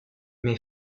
met